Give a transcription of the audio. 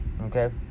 okay